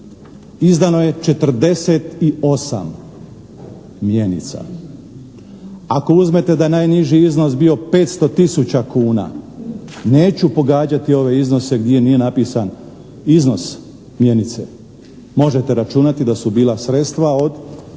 Izdano je 48 mjenica. Ako uzmete da je najniži iznos bio 500 tisuća kuna neću pogađati ove iznose gdje nije napisan iznos mjenice, možete računati da su bila sredstva od